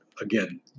Again